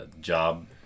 Job